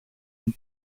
een